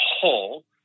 whole